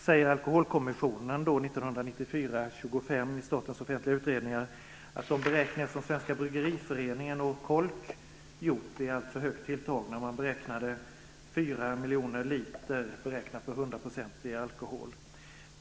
Enligt alkoholkommissionen är de beräkningar som Svenska bryggareföreningen och Kolk har gjort alltför högt tilltagna. Man beräknade att hembränningen uppgick till 4 miljoner liter beräknat på hundraprocentig alkohol.